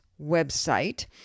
website